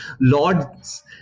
Lord's